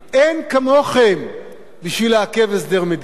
אין כמוכם בשביל לעכב הסדר מדיני.